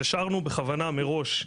השארנו בכוונה מראש,